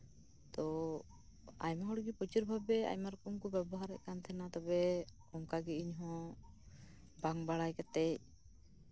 ᱛᱳ ᱟᱭᱢᱟ ᱦᱚᱲᱜᱮ ᱯᱨᱚᱪᱩᱨ ᱵᱷᱟᱵᱮ ᱟᱭᱢᱟ ᱨᱚᱠᱚᱢ ᱠᱚ ᱵᱮᱵᱚᱦᱟᱨᱮᱜ ᱛᱟᱸᱦᱮᱱᱟ ᱛᱚᱵᱮ ᱚᱱᱠᱟᱜᱮ ᱤᱧᱦᱚᱸ ᱵᱟᱝ ᱵᱟᱲᱟᱭ ᱠᱟᱛᱮᱫ